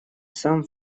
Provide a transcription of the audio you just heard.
сам